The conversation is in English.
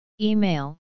Email